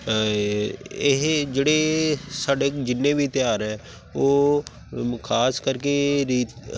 ਇਹ ਜਿਹੜੇ ਸਾਡੇ ਜਿੰਨੇ ਵੀ ਤਿਉਹਾਰ ਹੈ ਉਹ ਖਾਸ ਕਰਕੇ ਰੀ